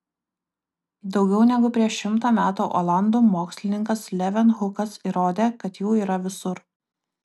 daugiau negu prieš šimtą metų olandų mokslininkas levenhukas įrodė kad jų yra visur